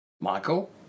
Michael